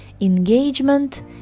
engagement